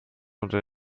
unter